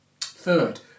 Third